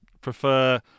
prefer